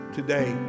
today